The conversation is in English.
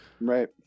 Right